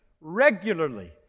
regularly